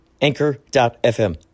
Anchor.fm